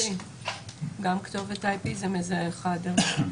גם כתובת IP זה מזהה של אדם.